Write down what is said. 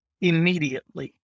Immediately